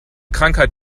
krankheit